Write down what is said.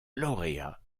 lauréat